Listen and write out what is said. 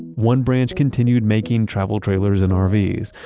one branch continued making travel trailers and rvs,